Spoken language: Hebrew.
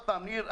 ניר,